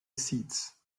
seeds